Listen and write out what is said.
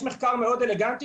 יש מחקר מאוד אלגנטי.